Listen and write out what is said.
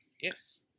Yes